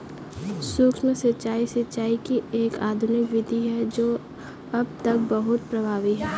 सूक्ष्म सिंचाई, सिंचाई की एक आधुनिक विधि है जो अब तक बहुत प्रभावी है